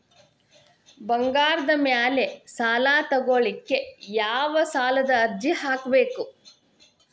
ಬಂಗಾರದ ಮ್ಯಾಲೆ ಸಾಲಾ ತಗೋಳಿಕ್ಕೆ ಯಾವ ಸಾಲದ ಅರ್ಜಿ ಹಾಕ್ಬೇಕು?